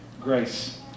Grace